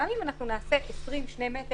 גם אם אנחנו נעשה 20 2 מטר,